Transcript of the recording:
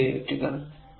88 കൾ